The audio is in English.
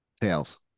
tails